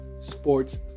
sports